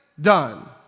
done